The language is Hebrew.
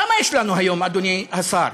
כמה יש לנו היום, אדוני השר?